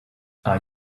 are